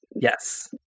Yes